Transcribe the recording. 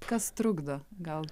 kas trukdo gal